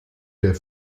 der